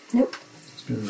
Nope